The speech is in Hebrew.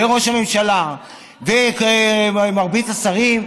וראש הממשלה ומרבית השרים,